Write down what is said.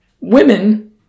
women